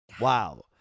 Wow